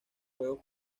juegos